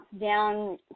down